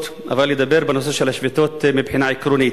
אלא לדבר על נושא השביתות מבחינה עקרונית,